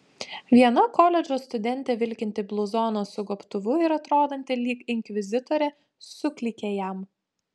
viena koledžo studentė vilkinti bluzoną su gobtuvu ir atrodanti lyg inkvizitorė suklykė jam